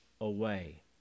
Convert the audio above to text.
away